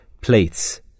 plates